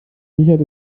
richard